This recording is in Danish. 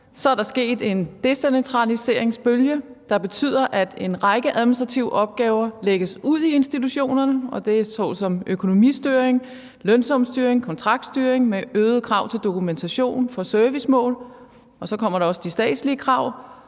har der været en decentraliseringsbølge, der betyder, at en række administrative opgaver lægges ud i institutionerne. Det er økonomistyring, lønsumsstyring, kontraktstyring med øgede krav til dokumentation for servicemål. Og så kommer der også de statslige krav